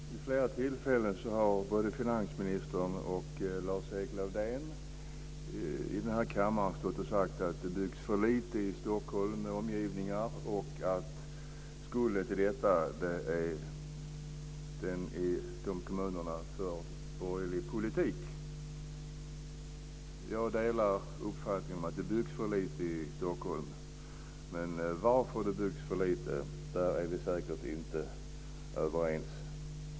Fru talman! Vid flera tillfällen har både finansministern och Lars-Erik Lövdén här i kammaren sagt att det byggs för lite i Stockholm med omgivningar och att orsaken till detta är den förda borgerliga politiken i många kommuner. Jag delar uppfattningen att det byggs för lite i Stockholm. Men när det gäller varför det byggs för lite är vi säkert inte överens.